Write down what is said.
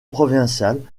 provinciale